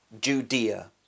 Judea